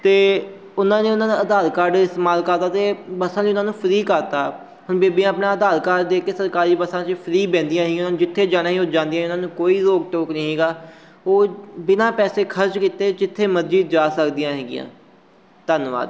ਤਾਂ ਉਹਨਾਂ ਨੇ ਉਹਨਾਂ ਦਾ ਆਧਾਰ ਕਾਰਡ ਇਸਤੇਮਾਲ ਕਰਤਾ ਅਤੇ ਬੱਸਾਂ ਲਈ ਉਹਨਾਂ ਨੂੰ ਫਰੀ ਕਰ ਤਾ ਹੁਣ ਬੀਬੀਆਂ ਆਪਣਾ ਆਧਾਰ ਕਾਰਡ ਦੇ ਕੇ ਸਰਕਾਰੀ ਬੱਸਾਂ 'ਚ ਫਰੀ ਬਹਿੰਦੀਆਂ ਸੀਗੀਆਂ ਉਹ ਜਿੱਥੇ ਜਾਣਾ ਸੀ ਉਹ ਜਾਂਦੀਆਂ ਇਹਨਾਂ ਨੂੰ ਕੋਈ ਰੋਕ ਟੋਕ ਨਹੀਂ ਹੈਗਾ ਉਹ ਬਿਨਾਂ ਪੈਸੇ ਖਰਚ ਕੀਤੇ ਜਿੱਥੇ ਮਰਜੀ ਜਾ ਸਕਦੀਆਂ ਹੈਗੀਆਂ ਧੰਨਵਾਦ